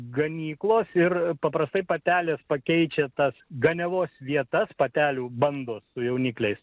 ganyklos ir paprastai patelės pakeičia tas ganiavos vietas patelių banda su jaunikliais